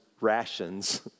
rations